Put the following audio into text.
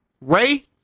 Ray